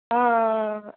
ஆஆ ஆ